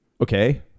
okay